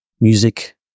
music